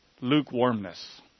lukewarmness